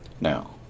Now